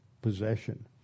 possession